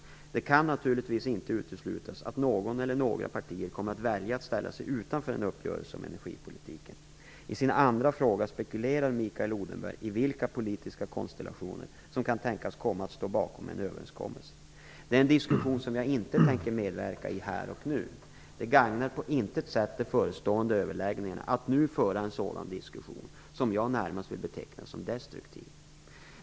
Det kan naturligtvis inte uteslutas att något eller några partier kommer att välja att ställa sig utanför en uppgörelse om energipolitiken. I sin andra fråga spekulerar Mikael Odenberg i vilka politiska konstellationer som kan tänkas komma att stå bakom en överenskommelse. Det är en diskussion som jag inte tänker medverka i här och nu. Det gagnar på intet sätt de förestående överläggningarna att nu föra en sådan diskussion, som jag närmast vill beteckna som destruktiv.